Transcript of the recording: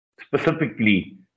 specifically